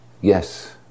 yes